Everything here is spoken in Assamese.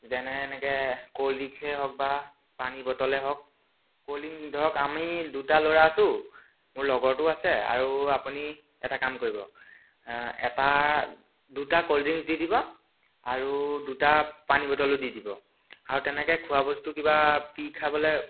যেনে এনেকে কল্ড ড্ৰিংক্সে হওক পানী বটলে হওক কল্ড ড্ৰিংক্স ধৰক আমি দুটা ল'ৰা আছোঁ মোৰ লগৰটোও আছে আৰু আপুনি এটা কাম কৰিব এটা দুটা কল্ড ড্ৰিংক্স দি দিব আৰু দুটা পানী বটলো দি দিব আৰু তেনেকে খোৱা বস্তু কিবা পি খাবলে